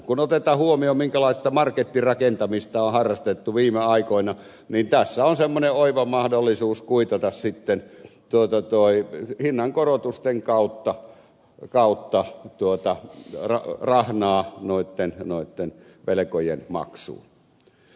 kun otetaan huomioon minkälaista markettirakentamista on harrastettu viime aikoina niin tässä on semmoinen oiva mahdollisuus kuitata sitten hinnankorotusten kautta rahnaa noitten velkojen maksuun